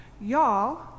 y'all